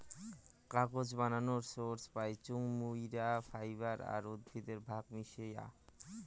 কাগজ বানানোর সোর্স পাইচুঙ মুইরা ফাইবার আর উদ্ভিদের ভাগ মিশায়া